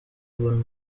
urban